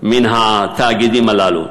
מן התאגידים הללו.